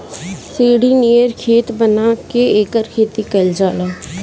सीढ़ी नियर खेत बना के एकर खेती कइल जाला